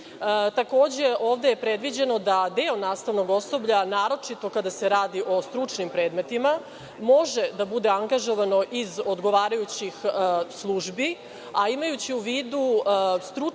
Ovde je predviđeno da deo nastavnog osoblja, a naročito kada se radi o stručnim predmetima, može da bude angažovano iz odgovarajućih službi, a imajući u vidu stručnost